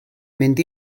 mynd